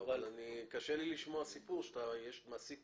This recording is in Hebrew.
אבל קשה לי לשמוע סיפור שאתה מעסיק